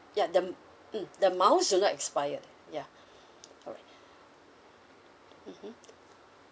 ya the m~ mm the miles do not expire yeah correct mmhmm